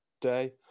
day